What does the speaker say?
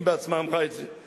היא בעצמה אמרה את זה.